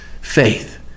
faith